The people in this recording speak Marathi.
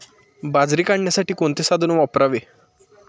बाजरी काढण्यासाठी कोणते साधन वापरावे?